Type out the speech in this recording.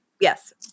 yes